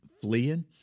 fleeing